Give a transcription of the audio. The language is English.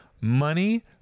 money